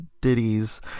ditties